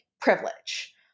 privilege